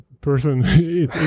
person